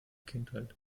kindheit